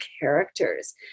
characters